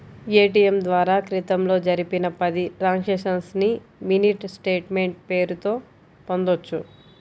ATM ద్వారా క్రితంలో జరిపిన పది ట్రాన్సక్షన్స్ ని మినీ స్టేట్ మెంట్ పేరుతో పొందొచ్చు